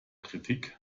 kritik